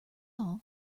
all